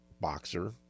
Boxer